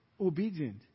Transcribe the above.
obedient